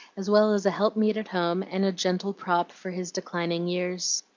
as well as a helpmeet at home and a gentle prop for his declining years.